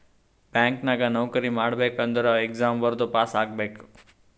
bank ನಾಗ್ ನೌಕರಿ ಮಾಡ್ಬೇಕ ಅಂದುರ್ ಎಕ್ಸಾಮ್ ಬರ್ದು ಪಾಸ್ ಆಗ್ಬೇಕ್